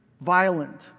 violent